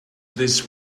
this